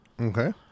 Okay